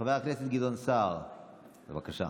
חבר הכנסת גדעון סער, בבקשה.